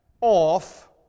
off